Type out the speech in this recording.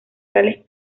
tales